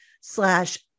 slash